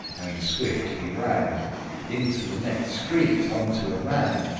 and swift he ran into the nexte street, unto a man,